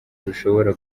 bishobora